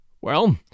Well